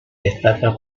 destaca